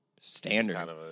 standard